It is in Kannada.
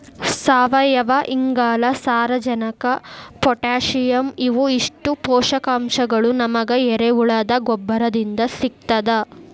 ಸಾವಯುವಇಂಗಾಲ, ಸಾರಜನಕ ಪೊಟ್ಯಾಸಿಯಂ ಇವು ಇಷ್ಟು ಪೋಷಕಾಂಶಗಳು ನಮಗ ಎರೆಹುಳದ ಗೊಬ್ಬರದಿಂದ ಸಿಗ್ತದ